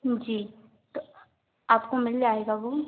जी तो आपको मिल जाएगा वह